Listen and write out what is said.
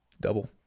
Double